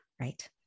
right